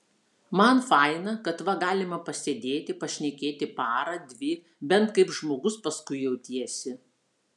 man faina kad va galima pasėdėti pašnekėti parą dvi bent kaip žmogus paskui jautiesi